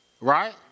right